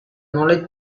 knowledge